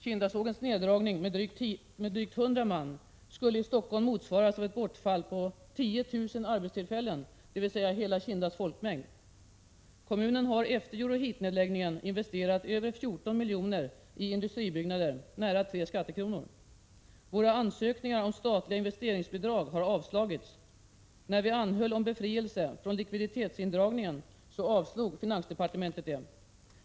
Kindasågens neddragning med drygt 100 man skulle i Stockholm motsvaras av ett bortfall på 10 000 arbetstillfällen, dvs. hela Kindas folkmängd. Kommunen har efter Euroheat-nedläggningen investerat över 14 milj.kr. i industribyggnader — nära 3 skattekronor. Våra ansökningar om statliga investeringsbidrag har avslagits. När vi anhöll om befrielse från likviditetsindragningen avslog finansdepartementet vår anhållan.